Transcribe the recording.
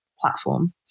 platform